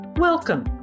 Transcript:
Welcome